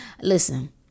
Listen